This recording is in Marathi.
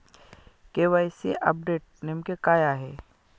के.वाय.सी अपडेट नेमके काय आहे?